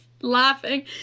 laughing